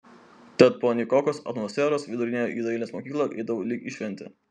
tad po nykokos atmosferos vidurinėje į dailės mokyklą eidavau lyg į šventę